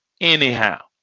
anyhow